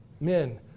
men